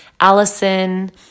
allison